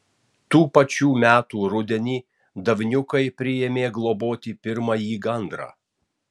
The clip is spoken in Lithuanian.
tų pačių metų rudenį davniukai priėmė globoti pirmąjį gandrą